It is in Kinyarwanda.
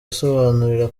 asobanurira